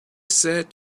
said